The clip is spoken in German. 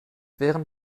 während